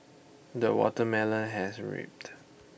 the watermelon has raped